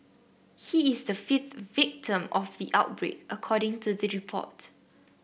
he is the fifth victim of the outbreak according to the report